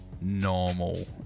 normal